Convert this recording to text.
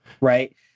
right